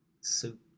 Soup